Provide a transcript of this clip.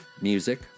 music